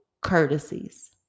courtesies